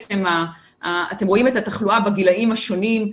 אתם רואים את התחלואה בגילאים השונים,